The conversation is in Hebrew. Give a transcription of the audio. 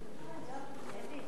אדוני היושב-ראש,